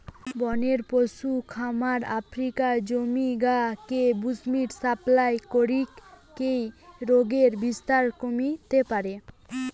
বনের পশুর খামার আফ্রিকার জাতি গা কে বুশ্মিট সাপ্লাই করিকি রোগের বিস্তার কমিতে পারে